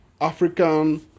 African